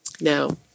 now